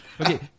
Okay